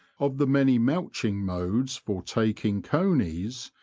of the many mouching modes for taking conies,